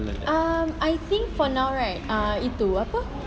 mm I think for now right ah itu apa if the apple